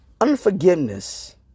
Unforgiveness